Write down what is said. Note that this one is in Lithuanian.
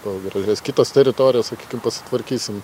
pagražės kitos teritorijos sakykim pasitvarkysim